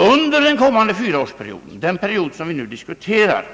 Under den kommande fyraårsperioden — den period som vi nu diskuterar